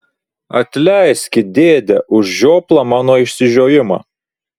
atleiski dėde už žioplą mano išsižiojimą